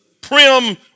prim